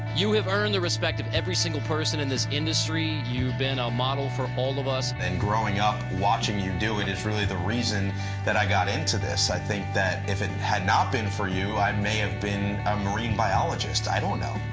you have earned the respect of every single person in this industry. you've been a ah model for all of us. and growing up watching you do it is really the reason that i got into this. i think that if it had not been for you, i may have been a marine biologist. i don't know.